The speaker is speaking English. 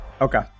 Okay